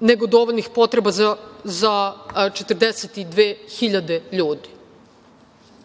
nego dovoljnih potreba za 42.000 ljudi. Bili